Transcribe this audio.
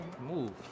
Move